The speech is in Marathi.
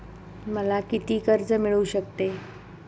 मला किती कर्ज मिळू शकते?